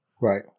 Right